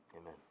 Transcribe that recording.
Amen